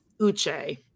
Uche